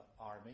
Army